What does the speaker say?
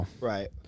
Right